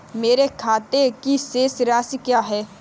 मेरे खाते की शेष राशि क्या है?